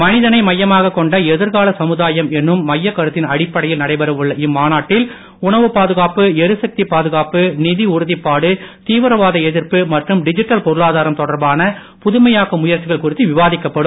மனிதனை மையமாக கொண்ட எதிர்கால சமுதாயம் என்னும் மையக்கருத்தின் அடிப்படையில் நடைபெற உள்ள இம்மாநாட்டில் உணவுப் பாதுகாப்பு எரிசக்தி பாதுகாப்பு நிதி உறுதிப்பாடு தீவிரவாத எதிர்ப்பு மற்றும் டிஜிட்டல் பொருளாதாரம் தொடர்பான புதுமையாக்க முயற்சிகள் குறித்து விவாதிக்கப்படும்